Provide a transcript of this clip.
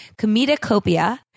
Comedicopia